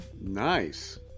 Nice